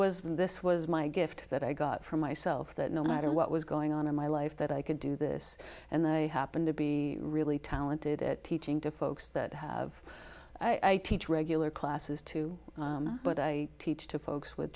when this was my gift that i got for myself that no matter what was going on in my life that i could do this and i happened to be really talented at teaching to folks that have i teach regular classes too but i teach to folks with